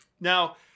Now